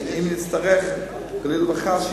שאם נצטרך חלילה וחס,